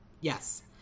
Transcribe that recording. Yes